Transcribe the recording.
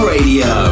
Radio